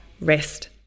rest